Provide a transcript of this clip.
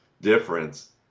difference